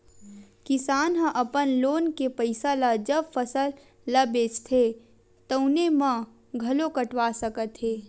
किसान ह अपन लोन के पइसा ल जब फसल ल बेचथे तउने म घलो कटवा सकत हे